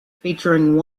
featuring